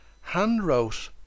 hand-wrote